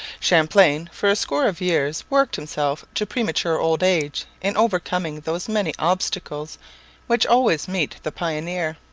champlain for a score of years worked himself to premature old age in overcoming those many obstacles which always meet the pioneer.